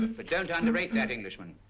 but don't underrate that englishman.